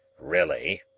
really,